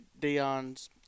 Dion's